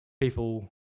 people